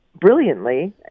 brilliantly